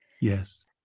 Yes